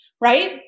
right